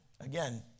again